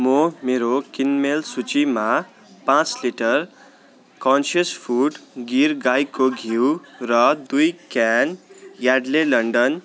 म मेरो किनमेल सूचीमा पाँच लिटर कन्सियस फुड्स गिर गाईको घिउ र दुई क्यान यार्डले लन्डन